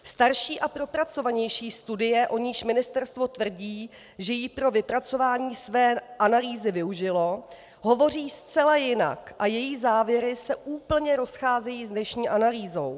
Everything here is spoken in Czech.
Starší a propracovanější studie, o níž ministerstvo tvrdí, že jí pro vypracování své analýzy využilo, hovoří zcela jinak a její závěry se úplně rozcházejí s dnešní analýzou.